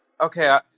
okay